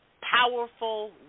Powerful